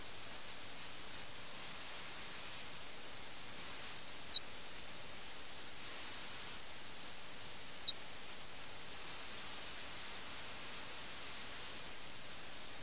ഇതൊരു വ്യാജ പ്രതിസന്ധിയാണ് കാരണം ഒരുപക്ഷേ ദൂതനുമായി അവിഹിതബന്ധം പുലർത്തുന്ന മിറിന്റെ ഭാര്യയാണ് പ്രതിസന്ധി സൃഷ്ടിച്ചത് ഭർത്താവിനെ ശാസിക്കാനും വീട്ടിൽ നിന്ന് പറഞ്ഞയക്കാനും അവൾ ദൂതനെ ഉപയോഗിച്ചു